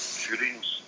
shootings